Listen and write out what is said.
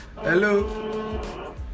Hello